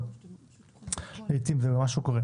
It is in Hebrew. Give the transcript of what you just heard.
אבל לעתים זה מה שקורה.